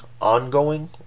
ongoing